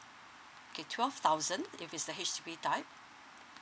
K twelve thousand if it's the H_D_B type